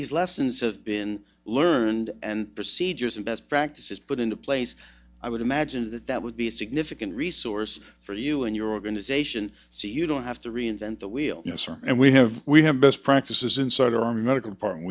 these lessons has been learned and procedures and best practices put into place i would imagine that that would be a significant resource for you and your organization so you don't have to reinvent the wheel and we have we have best practices insert our medical p